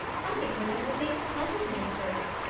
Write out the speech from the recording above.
i think women would make splendid ministers.